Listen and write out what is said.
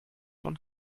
von